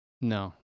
no